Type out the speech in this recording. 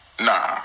nah